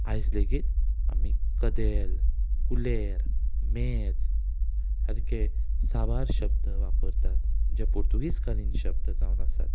आयज लेगीत आमी कदेल कुलेर मेज सारके साबार शब्द वापरतात जे पुर्तुगेज कालीन शब्द जावन आसात